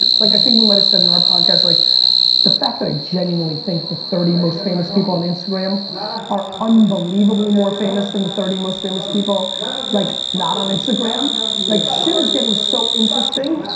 like i think we might've said in our podcast like the fact that i genuinely think the thirty most famous people on instagram are unbelievably more famous than the thirty most famous people like not on instagram. ah like shit is getting so interesting.